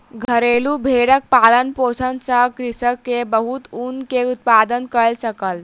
घरेलु भेड़क पालन पोषण सॅ कृषक के बहुत ऊन के उत्पादन कय सकल